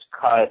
cut